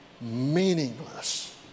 meaningless